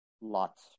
Lots